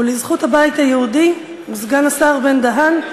ולזכות הבית היהודי וסגן השר בן-דהן,